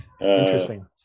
interesting